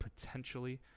potentially